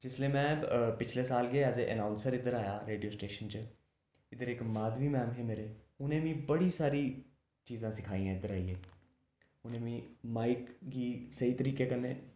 जिसलै में पिछले साल गै एज़ ए अनाउंसर इद्धर आया हा रेडियो स्टेशन च फिर एक माधवी मैम हे मेरे उ'नें बड़ी सारी चीजां सखाइयां इद्धर आइयै उ'नें मिगी माइक गी स्हेई तरीके कन्ने